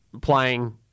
playing